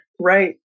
Right